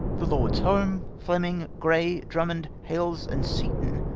the lords home, fleming, gray, drummond, hales, and seton,